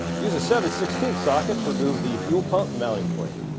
use a seven sixteen socket to remove the fuel pump mounting plate